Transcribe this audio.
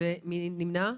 מי נמנע?